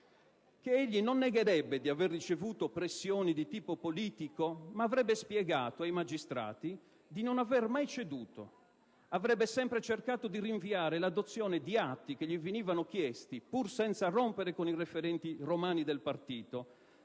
Egli non negherebbe di aver ricevuto pressioni di tipo politico, ma avrebbe spiegato ai magistrati di non aver mai ceduto; avrebbe sempre cercato di rinviare l'adozione di atti che gli venivano chiesti, pur senza rompere con i referenti romani del partito,